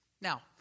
Now